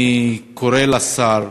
אני קורא לשר: